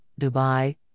Dubai